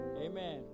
Amen